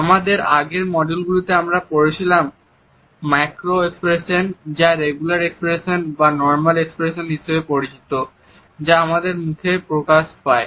আমাদের আগের মডিউলটিতে আমরা পড়েছিলাম ম্যাক্রো এক্সপ্রেশনস যা রেগুলার এক্সপ্রেশন বা নর্মাল এক্সপ্রেশন হিসাবে পরিচিত যা আমাদের মুখে প্রকাশ পায়